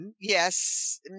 Yes